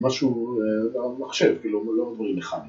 ‫משהו על המחשב, ‫כאילו לא דברים מכניים.